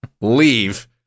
leave